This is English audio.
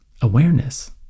Awareness